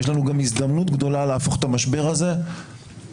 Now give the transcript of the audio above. יש לנו גם הזדמנות גדולה להפוך את המשבר הזה לצמיחה.